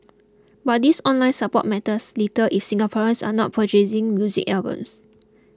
but this online support matters little if Singaporeans are not purchasing music albums